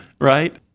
right